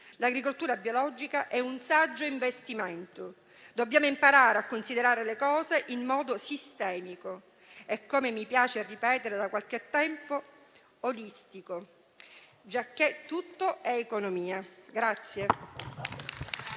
l'agricoltura biologica è un saggio investimento. Dobbiamo imparare a considerare le cose in modo sistemico e, come mi piace ripetere da qualche tempo, olistico, giacché tutto è economia.